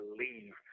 leave